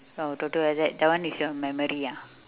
oh toto like that that one is your memory ah